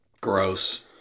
Gross